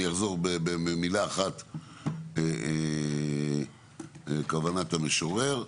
אני אחזור במילה אחת על כוונת המשורר.